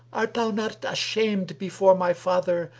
art thou not ashamed before my father,